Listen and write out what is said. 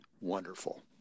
wonderful